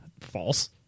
False